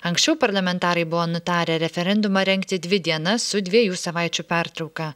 anksčiau parlamentarai buvo nutarę referendumą rengti dvi dienas su dviejų savaičių pertrauka